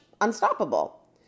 unstoppable